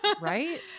Right